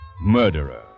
murderer